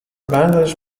bangladesh